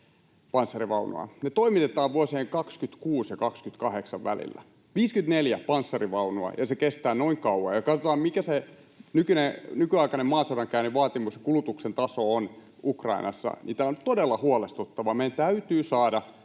Ne toimitetaan vuosien 26 ja 28 välillä — 54 panssarivaunua, ja se kestää noin kauan. Kun katsotaan, mikä se nykyaikaisen maasodankäynnin vaatimus, kulutuksen taso on Ukrainassa, tämä on todella huolestuttavaa.